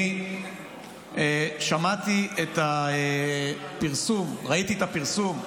אני שמעתי את הפרסום, ראיתי את הפרסום,